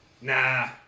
Nah